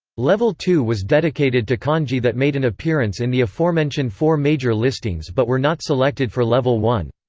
level two was dedicated to kanji that made an appearance in the aforementioned four major listings but were not selected for level one.